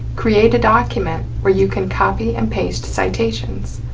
create a document where you can copy and paste citations.